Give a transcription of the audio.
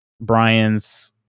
Brian's